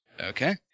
Okay